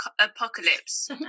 apocalypse